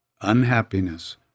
unhappiness